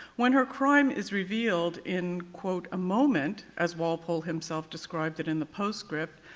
when her crime is revealed in a moment as walpole himself described it in the postscript.